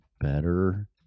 better